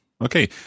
Okay